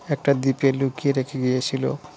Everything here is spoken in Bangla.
একটা দ্বীপের লুকিয়ে রেখে গিয়েছিল